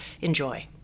Enjoy